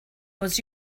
was